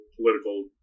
political